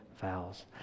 vows